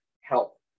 help